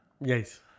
Yes